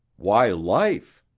why life?